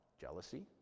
jealousy